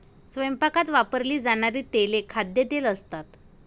स्वयंपाकात वापरली जाणारी तेले खाद्यतेल असतात